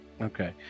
Okay